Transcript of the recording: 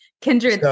kindred